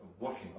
working